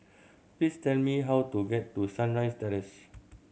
please tell me how to get to Sunrise Terrace